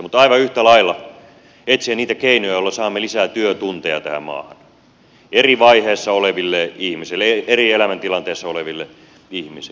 mutta aivan yhtä lailla meidän tulee etsiä niitä keinoja joilla saamme lisää työtunteja tähän maahan eri vaiheissa oleville ihmisille eri elämäntilanteissa oleville ihmisille